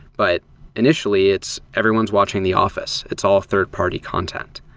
but initially, it's everyone's watching the office. it's all third party content.